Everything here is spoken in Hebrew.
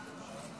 בבקשה,